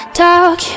talk